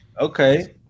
okay